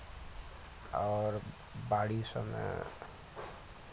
आओर बाड़ी सभमे